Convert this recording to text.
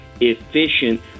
efficient